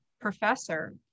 professor